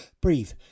Breathe